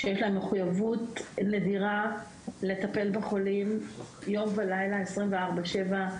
שיש להם מחויבות נדירה לטפל בחולים יום ולילה 24/7,